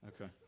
Okay